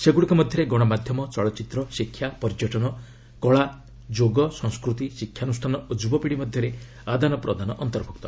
ସେଗୁଡ଼ିକ ମଧ୍ୟରେ ଗଣମାଧ୍ୟମ ଚଳଚ୍ଚିତ୍ର ଶିକ୍ଷା ପର୍ଯ୍ୟଟନ କଳା ଯୋଗ ସଂସ୍କୃତି ଶିକ୍ଷାନୁଷ୍ଠାନ ଓ ଯୁବପିଢ଼ି ମଧ୍ୟରେ ଆଦାନ ପ୍ରଦାନ ଅନ୍ତର୍ଭୁକ୍ତ